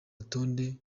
rutonde